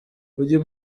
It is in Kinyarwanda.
uyu